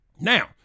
now